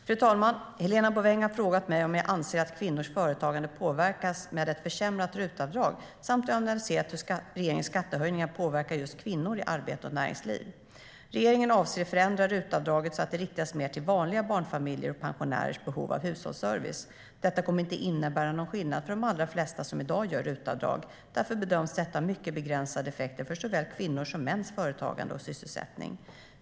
Fru talman! Helena Bouveng har frågat mig om jag anser att kvinnors företagande påverkas med ett försämrat RUT-avdrag samt om jag har analyserat hur regeringens skattehöjningar påverkar just kvinnor i arbete och näringsliv. Regeringen avser att förändra RUT-avdraget så att det riktas mer till vanliga barnfamiljers och pensionärers behov av hushållsservice. Detta kommer inte att innebära någon skillnad för de allra flesta som i dag gör RUT-avdrag. Därför bedöms detta ha mycket begränsade effekter för såväl kvinnors som mäns företagande och sysselsättning.